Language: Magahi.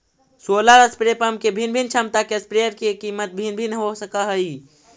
सोलर स्प्रे पंप के भिन्न भिन्न क्षमता के स्प्रेयर के कीमत भिन्न भिन्न हो सकऽ हइ